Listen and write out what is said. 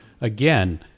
again